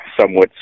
somewhat